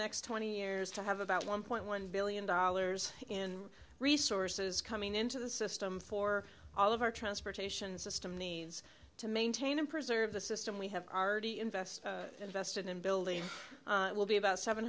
next twenty years to have about one point one billion dollars in resources coming into the system for all of our transportation system needs to maintain and preserve the system we have already invested invested in building will be about seven